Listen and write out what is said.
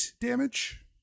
damage